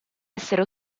essere